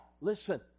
listen